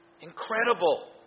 Incredible